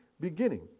beginning